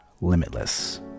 limitless